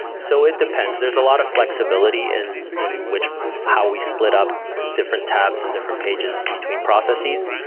so it depends. there's a lot of flexibility in in which how we split up different tabs and different pages between processes.